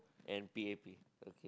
and p_a_p okay